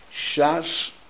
Shas